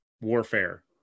warfare